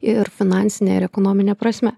ir finansine ir ekonomine prasme